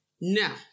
Now